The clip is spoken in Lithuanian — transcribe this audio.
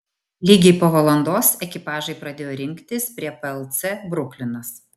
lygiai po valandos ekipažai pradėjo rinktis prie plc bruklinas